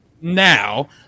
now